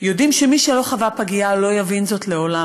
מי שלא חווה פגייה לא יבין זאת לעולם,